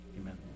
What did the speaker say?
Amen